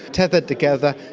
tethered together,